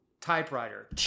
typewriter